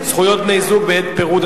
זכויות בני-זוג בעת פירוד),